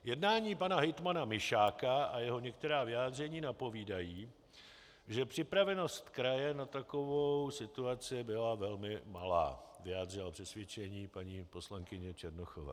Jednání pana hejtmana Mišáka a jeho některá vyjádření napovídají, že připravenost kraje na takovou situaci byla velmi malá, vyjádřila přesvědčení paní poslankyně Černochová.